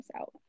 out